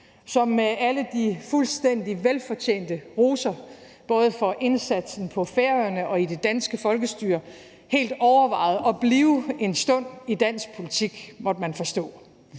som med alle de fuldstændig velfortjente roser både for indsatsen på Færøerne og i det danske folkestyre helt overvejede at blive en stund i dansk politik, måtte man forstå.